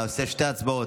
נעשה שתי הצבעות.